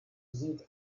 sieht